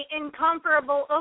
incomparable